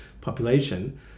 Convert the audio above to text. population